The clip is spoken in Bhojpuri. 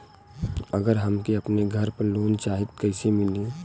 अगर हमके अपने घर पर लोंन चाहीत कईसे मिली?